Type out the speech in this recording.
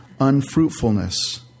unfruitfulness